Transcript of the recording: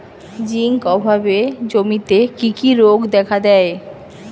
Zinc অভাবে জমিতে কি কি রোগ দেখাদেয়?